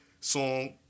song